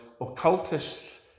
occultists